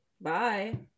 Bye